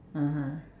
(uh huh)